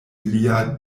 lia